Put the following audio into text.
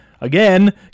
again